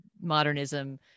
modernism